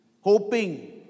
hoping